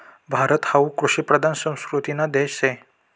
भारत हावू कृषिप्रधान संस्कृतीना देश शे